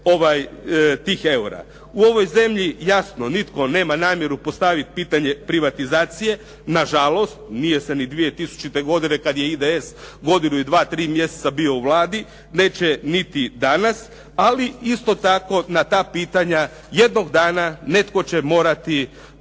U ovoj zemlji jasno nitko nema namjeru postaviti pitanje privatizacije, na žalost, nije se ni 2000. godine kada je IDS godinu i dva, tri mjeseca bio u Vladi, neće niti danas, ali isto tako na ta pitanja jednog dana netko će morati barem